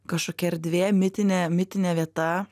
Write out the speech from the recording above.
kažkokia erdvė mitinė mitinė vieta